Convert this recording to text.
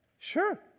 Sure